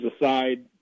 aside